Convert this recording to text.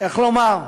איך לומר?